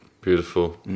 beautiful